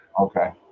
Okay